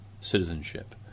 citizenship